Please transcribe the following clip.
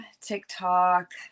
TikTok